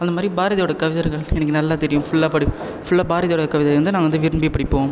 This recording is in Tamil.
அந்தமாதிரி பாரதியோடய கவிதர்கள் எனக்கு நல்லா தெரியும் ஃபுல்லாக படி ஃபுல்லாக பாரதியோடய கவிதை வந்து நான் வந்து விரும்பி படிப்போம்